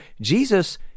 Jesus